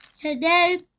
Today